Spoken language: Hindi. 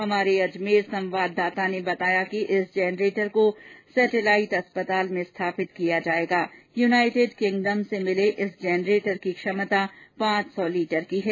हमारे अजमेर संवाददाता ने बताया कि इस जैनरेटर को सैटेलाइट अस्पताल में स्थापित किया जाएगा यूनाइटेड किंगडम से मिले इस जनरेटर की क्षमता पांच सौ लीटर है